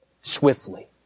swiftly